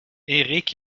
éric